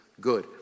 good